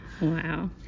wow